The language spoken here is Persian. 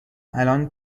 الان